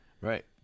Right